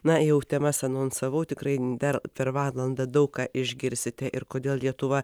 na jau temas anonsavau tikrai dar per valandą daug ką išgirsite ir kodėl lietuva